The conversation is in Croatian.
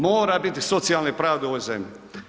Mora biti socijalne pravde u ovoj zemlji.